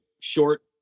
short